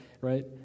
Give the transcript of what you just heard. right